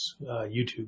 YouTube